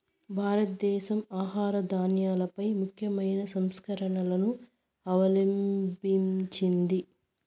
భారతదేశం ఆహార ధాన్యాలపై ముఖ్యమైన సంస్కరణలను అవలంభించింది